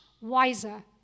wiser